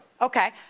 Okay